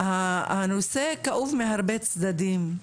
הנושא כאוב מהרבה צדדים,